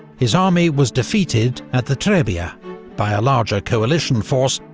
his army was defeated at the trebbia by a larger coalition force,